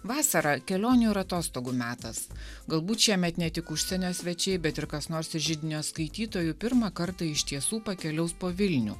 vasara kelionių ir atostogų metas galbūt šiemet ne tik užsienio svečiai bet ir kas nors iš židinio skaitytojų pirmą kartą iš tiesų pakeliaus po vilnių